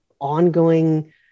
ongoing